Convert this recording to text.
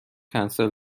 کنسل